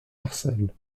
marcel